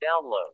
Download